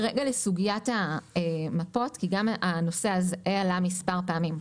לסוגיית המפות, כי גם הנושא הזה עלה כמה פעמים.